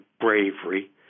bravery